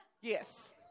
yes